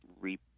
reap